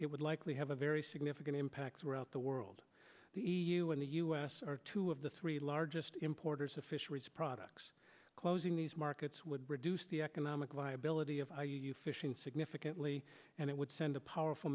it would likely have a very significant impact throughout the world the e u and the us two of the three largest importers of fisheries products closing these markets would reduce the economic liability of are you fishing significantly and it would send a powerful